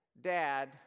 dad